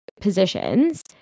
positions